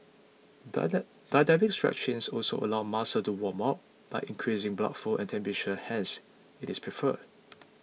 dynamic stretching also allows muscles to warm up by increasing blood flow and temperature hence it is preferred